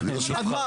אז מה?